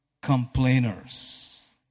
complainers